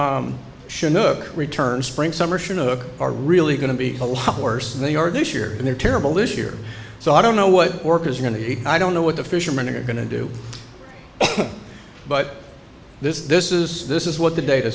look return spring summer are really going to be a lot worse than they are this year and they're terrible this year so i don't know what work is going to be i don't know what the fishermen are going to do but this is this is this is what the data